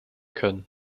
können